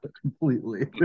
completely